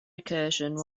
recursion